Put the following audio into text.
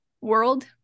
world